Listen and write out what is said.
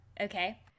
Okay